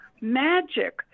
magic